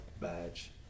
badge